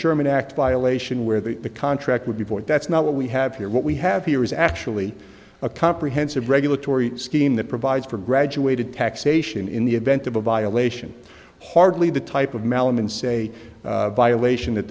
sherman act violation where the contract would be void that's not what we have here what we have here is actually a comprehensive regulatory scheme that provides for graduated taxation in the event of a violation hardly the type of mallam and say violation that